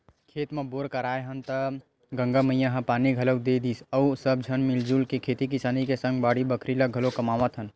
खेत म बोर कराए हन त गंगा मैया ह पानी घलोक दे दिस अउ सब झन मिलजुल के खेती किसानी के सग बाड़ी बखरी ल घलाके कमावत हन